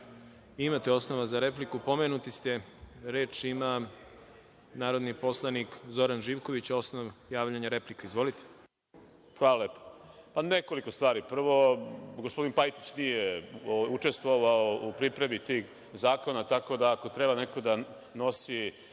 osnova za repliku, pomenuti ste. Reč ima narodni poslanik Zoran Živković. Osnov javljanja replika. Izvolite. **Zoran Živković** Hvala. Nekoliko stvari. Prvo, gospodin Pajtić nije učestvovao u pripremi tih zakona, tako da, ako treba neko da nosi